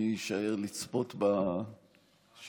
מי יישאר לצפות בשידורים?